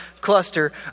cluster